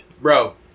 bro